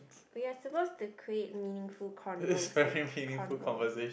but you are supposed to create meaningful convos convo~